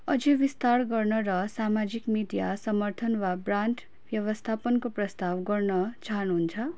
अझै विस्तार गर्न र सामाजिक मिडिया समर्थन वा ब्रान्ड व्यवस्थापनको प्रस्ताव गर्न चाहनुहुन्छ